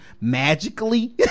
magically